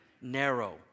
narrow